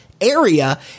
area